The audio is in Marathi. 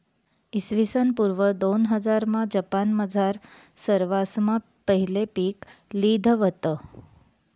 इसवीसन पूर्व दोनहजारमा जपानमझार सरवासमा पहिले पीक लिधं व्हतं